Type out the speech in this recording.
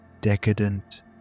decadent